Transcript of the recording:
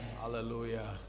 hallelujah